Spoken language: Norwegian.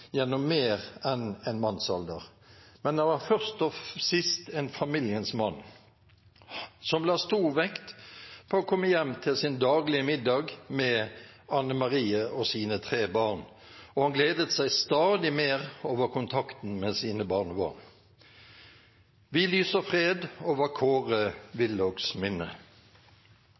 gjennom mer enn en mannsalder, men han var først og sist en familiens mann som la stor vekt på å komme hjem til sin daglige middag med Anne-Marie og deres tre barn, og han gledet seg stadig mer over kontakten med sine barnebarn. Vi lyser fred over Kåre Willochs minne.